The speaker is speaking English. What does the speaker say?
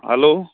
hello